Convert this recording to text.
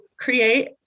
create